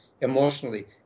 emotionally